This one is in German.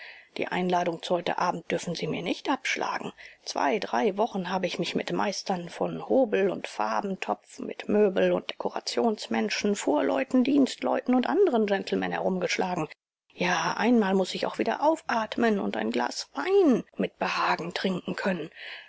die einladung zu heute abend dürfen sie mir nicht abschlagen zwei drei wochen habe ich mich mit meistern von hobel und farbentopf mit möbel und dekorationsmenschen fuhrleuten dienstleuten und anderen gentlemen herumgeschlagen ja einmal muß ich auch wieder aufatmen und ein glas wein mit behagen trinken können